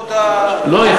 תודה שלא הכריחו אותה, לא.